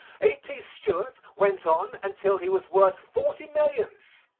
a t. stewart went on until he was worth forty millions.